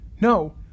No